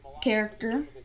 character